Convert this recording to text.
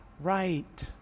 right